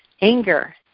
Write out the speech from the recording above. anger